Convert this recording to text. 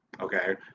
Okay